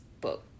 book